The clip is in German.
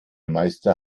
meister